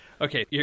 Okay